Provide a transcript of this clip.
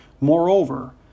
Moreover